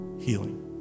healing